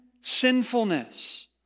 sinfulness